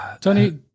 Tony